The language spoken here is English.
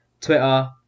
Twitter